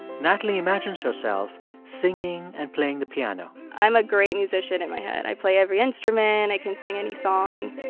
natalie imagines herself singing and playing the piano i'm a great musician in my head. i play every instrument. i can sing any song